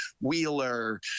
Wheeler